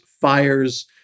fires